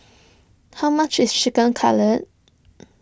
how much is Chicken Cutlet